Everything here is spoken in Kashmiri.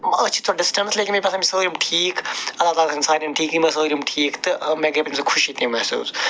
أسۍ چھِ ڈِسٹَنٕس لیکِن مےٚ چھِ باسان سٲلِم ٹھیٖک اللہ تعالیٰ تھٲیِن سارنِیَن ٹھیٖک یِم ٲسی سٲلِم ٹھیٖک تہٕ مےٚ گٔے خوشی تہِ محسوٗس